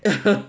(uh huh)